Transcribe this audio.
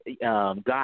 God